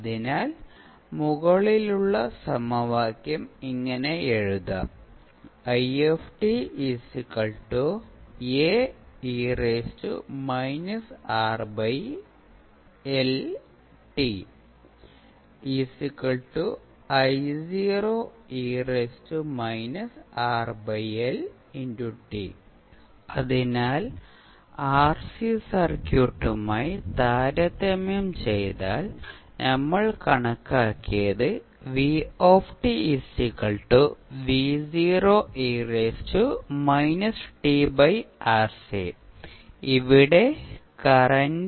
അതിനാൽ മുകളിലുള്ള സമവാക്യം ഇങ്ങനെ എഴുതാം അതിനാൽ RC സർക്യൂട്ടുമായി താരതമ്യം ചെയ്താൽ നമ്മൾ കണക്കാക്കിയ ഇവിടെ കറന്റ്